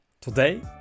Today